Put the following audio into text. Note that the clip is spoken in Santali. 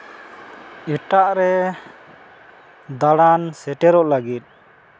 ᱮᱴᱟᱜ ᱨᱮ ᱫᱟᱬᱟᱱ ᱥᱮᱴᱮᱨᱚᱜ ᱞᱟᱹᱜᱤᱫ